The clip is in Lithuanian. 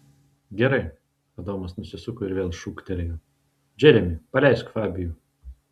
gerai adomas nusisuko ir vėl šūktelėjo džeremi paleisk fabijų